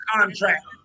contract